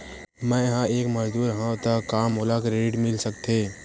मैं ह एक मजदूर हंव त का मोला क्रेडिट मिल सकथे?